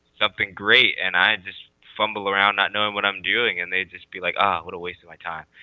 something great and i just fumble around not knowing what i'm doing and they'd just be like oh what a waste of my time.